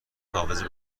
حافظه